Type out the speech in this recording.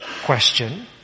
Question